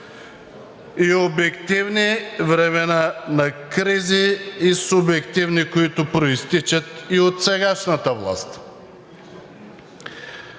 и обективни времена на кризи, и субективни, които произтичат и от сегашната власт.